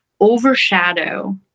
overshadow